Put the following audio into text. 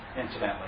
incidentally